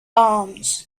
arms